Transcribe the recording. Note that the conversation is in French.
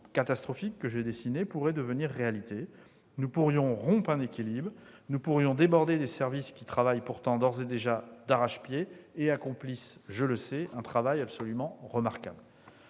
catastrophe que j'ai dessiné pourrait devenir réalité. Nous pourrions rompre un équilibre en noyant sous les dossiers des services qui travaillent pourtant déjà d'arrache-pied et accomplissent, je le sais, un travail remarquable.